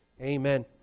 amen